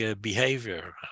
behavior